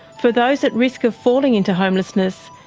for those at risk of falling into homelessness,